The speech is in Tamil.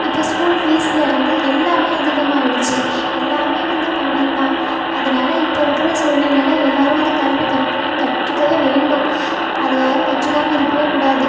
இப்போ ஸ்கூல் ஃபீஸ்சில் இருந்து எல்லாமே அதிகமாகிடுச்சி எல்லாமே வந்து பணம் தான் அதனால் இப்போ இருக்கிற சூழ்நிலையில் எல்லாேரும் வந்து கல்வி கட்டாயம் கற்றுக்கவே வேண்டும் அதை யாரும் கற்றுக்காமல் இருக்கவே கூடாது